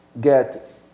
get